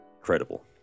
credible